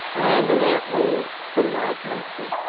i am an outlaw from my country.